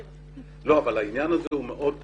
אבל העניין הזה הוא מאוד חשוב.